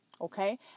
Okay